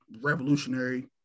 revolutionary